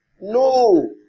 No